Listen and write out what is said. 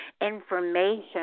information